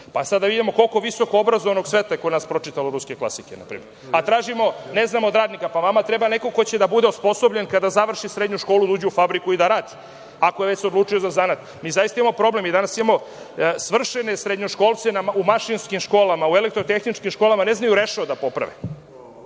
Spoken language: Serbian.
Sada da vidimo koliko obrazovnog sveta je kod nas pročitalo ruske klasike, npr, a tražimo od radnika. Vama treba neko ko će da bude osposobljen kada završi srednju školu da uđe u fabriku i da radi, ako se već odlučio za zanat. Mi zaista danas imamo problem, mi danas imamo svršene srednjoškolce u mašinskim školama, u elektrotehničkim školama ne znaju rešo da poprave.